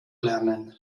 lernen